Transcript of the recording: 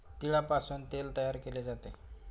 तिळापासून तेल तयार केले जाते